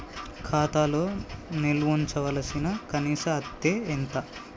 ఖాతా లో నిల్వుంచవలసిన కనీస అత్తే ఎంత?